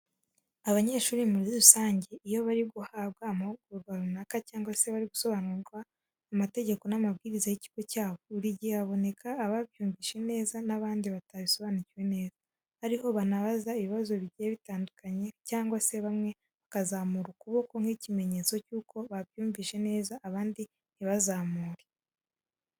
Abanyeshuri muri rusange iyo bari guhabwa amahugurwa runaka cyangwa se bari gusobanurirwa amategeko n'amabwiriza y'ikigo cyabo, buri gihe haboneka ababyumvise neza n'abandi batabisobanukiwe neza, ariho banabaza ibibazo bigiye bitandukanye cyangwa se bamwe bakazamura ukuboko nk'ikimenyetso cy'uko babyumvise neza abandi ntibakuzamure.